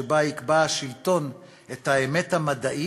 שבה יקבע השלטון את האמת המדעית,